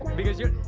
because you're,